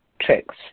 tricks